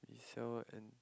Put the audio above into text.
so and